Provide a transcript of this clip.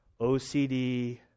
OCD